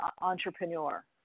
entrepreneur